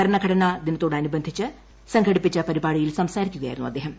ഭരണഘടനാ ദിനത്തോടനുബന്ധിച്ച് സംഘടിപ്പിച്ച പരിപാടിയിൽ സംസാരിക്കുകയായിരുന്നു അദ്ദേഹം